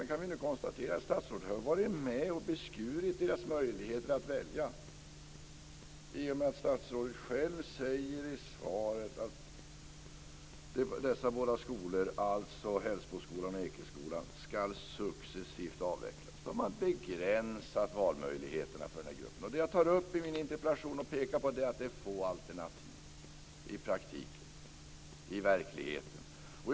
Vi kan vidare konstatera att statsrådet har varit med om att beskära deras möjligheter att välja i och med att statsrådet själv i sitt svar sagt att Hällsboskolan och Ekeskolan successivt ska avvecklas. Då har man begränsat valmöjligheterna för den här gruppen. Det som jag pekar på i min interpellation är att det i praktiken finns få alternativ.